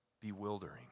bewildering